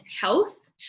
health